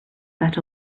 that